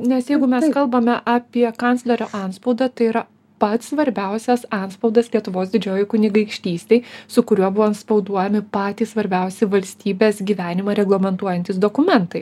nes jeigu mes kalbame apie kanclerio antspaudą tai yra pats svarbiausias antspaudas lietuvos didžiojoj kunigaikštystėj su kuriuo buvo antspauduojami patys svarbiausi valstybės gyvenimą reglamentuojantys dokumentai